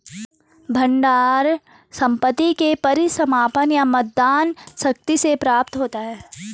भंडार संपत्ति के परिसमापन या मतदान शक्ति से प्राप्त होता है